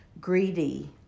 greedy